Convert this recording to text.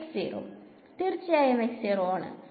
വിദ്യാർത്ഥി X0 തീർച്ചയായും ആണ്